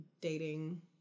dating